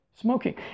smoking